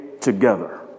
together